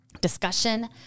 discussion